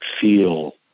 feel